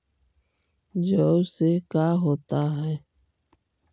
जौ से का होता है?